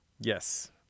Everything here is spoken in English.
Yes